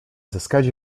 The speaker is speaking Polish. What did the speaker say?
zyskać